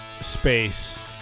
Space